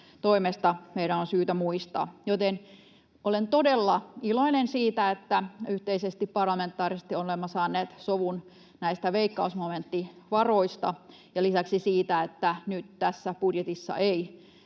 toimesta syytä muistaa. Joten olen todella iloinen, että yhteisesti, parlamentaarisesti, olemme saaneet sovun näistä veikkausmomenttivaroista, ja lisäksi siitä, että nyt tässä budjetissa